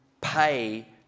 pay